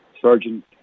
Sergeant